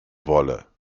wolle